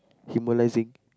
hemolysing